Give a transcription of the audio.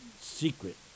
secret